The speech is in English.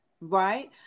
right